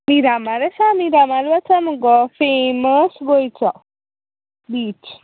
मिरामार आसा मिरामार वचा मुगो फेमस गोंयचो बीच